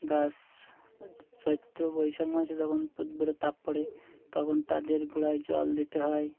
গাস চৈত্র বৈশাখ মাসে যখন তাপ পড়ে তখন তাদের গোড়ায় জল দিতে হয়